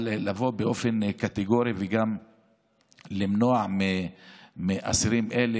אבל לבוא באופן קטגורי ולמנוע מאסירים אלה